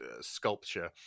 sculpture